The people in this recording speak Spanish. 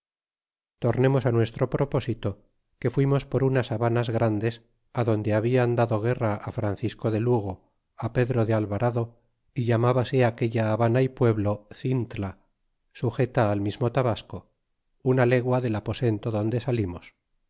tornemos nuestro propósito que fuimos por unas habanas grandes adonde bebían dado guerra francisco de lugo pedro de alvarado y llamabase aquella habana y pueblo cintla sujeta al mismo tabasco una legua del aposento donde salimos